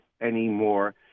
anymore